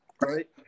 right